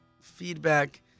feedback